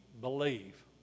believe